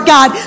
God